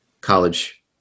college